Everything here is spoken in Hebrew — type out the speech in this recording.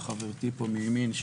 חברתי פה מימין,